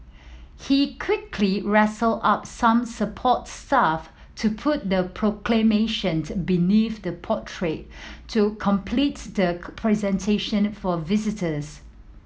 he quickly rustled up some support staff to put the Proclamation beneath the portrait to completes the presentation for visitors